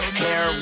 hair